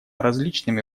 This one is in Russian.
различными